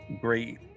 great